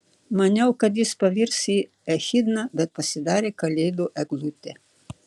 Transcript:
maniau kad jis pavirs į echidną bet pasidarė kalėdų eglutė